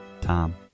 Tom